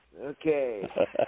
Okay